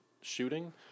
shooting